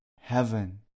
heaven